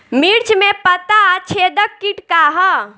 मिर्च में पता छेदक किट का है?